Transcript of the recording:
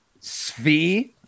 Svi